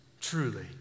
Truly